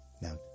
now